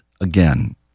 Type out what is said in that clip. again